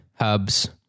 hubs